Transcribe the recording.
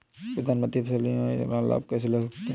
प्रधानमंत्री फसल बीमा योजना का लाभ कैसे लें?